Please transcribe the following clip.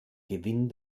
gewinn